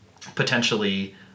potentially